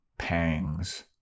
pangs